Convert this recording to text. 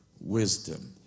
wisdom